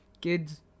Kids